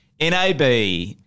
NAB